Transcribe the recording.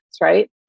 right